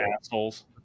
assholes